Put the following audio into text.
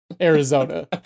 Arizona